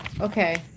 Okay